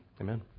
amen